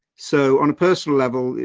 so on a personal level,